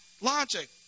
logic